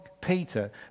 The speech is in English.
peter